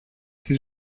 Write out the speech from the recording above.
στη